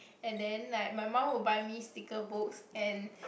and then like my mum will buy me sticker books and